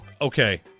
Okay